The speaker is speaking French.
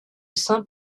saint